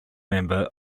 member